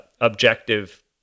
objective